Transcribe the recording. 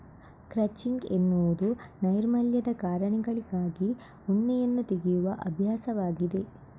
crutching ಎನ್ನುವುದು ನೈರ್ಮಲ್ಯದ ಕಾರಣಗಳಿಗಾಗಿ ಉಣ್ಣೆಯನ್ನು ತೆಗೆಯುವ ಅಭ್ಯಾಸವಾಗಿದೆ